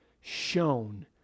shown